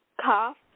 cough